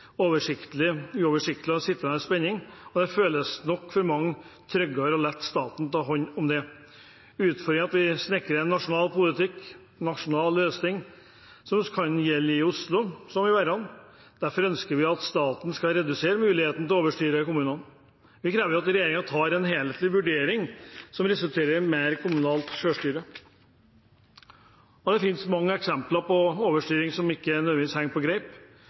uoversiktlig og sitrende spennende, og det føles nok for mange tryggere å la staten ta hånd om det. Utfordringen er at vi snekrer en nasjonal politisk løsning som skal gjelde så vel i Oslo som i Verran. Derfor ønsker vi at statens muligheter til å overstyre kommunene skal reduseres. Det krever at regjeringen tar en helhetlig vurdering som resulterer i mer kommunalt selvstyre. Det finnes mange eksempler på overstyring som ikke nødvendigvis henger på greip.